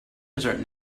desert